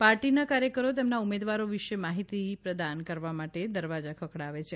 પાર્ટીના કાર્યકરો તેમના ઉમેદવારો વિશે માહિતી પ્રદાન કરવા માટે દરવાજા ખખડાવે છે